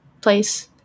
place